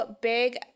big